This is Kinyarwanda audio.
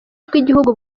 bw’igihugu